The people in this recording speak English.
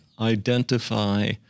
identify